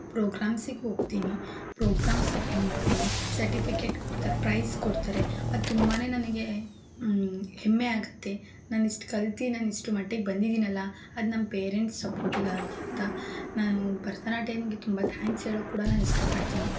ಪ್ರೋಗ್ರಾಮ್ಸಿಗೆ ಹೋಗ್ತೀನಿ programs attend ಮಾಡ್ತೀನಿ certificate ಕೊಡ್ತಾರೆ ಪ್ರೈಜ್ ಕೊಡ್ತಾರೆ ಅದು ತುಂಬ ನನಗೆ ಹೆಮ್ಮೆ ಆಗುತ್ತೆ ನಾನಿಷ್ಟು ಕಲ್ತು ನಾನಿಷ್ಟ್ರ ಮಟ್ಟಿಗೆ ಬಂದಿದ್ದೀನಲ್ಲ ಅದು ನಮ್ಮ ಪೇರೆಂಟ್ಸ್ ಸಪೋರ್ಟಿಗಾಗಿಂತ ನಾನು ಭರತನಾಟ್ಯಮ್ಗೆ ತುಂಬ ಥ್ಯಾಂಕ್ಸ್ ಹೇಳಕ್ಕೆ ಕೂಡ ನಾನಿಷ್ಟಪಡ್ತೀನಿ